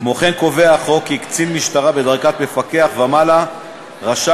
כמו כן קובע החוק כי קצין משטרה בדרגת מפקח ומעלה רשאי